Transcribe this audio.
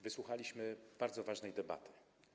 Wysłuchaliśmy bardzo ważnej debaty.